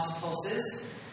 pulses